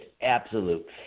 absolute